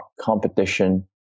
competition